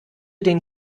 den